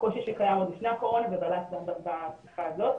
קושי שקיים עוד לפני הקורונה ובלט גם בתקופה הזאת.